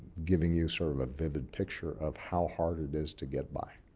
giving you sort of a vivid picture of how hard it is to get by.